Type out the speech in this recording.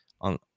on